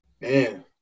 man